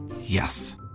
Yes